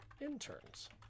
interns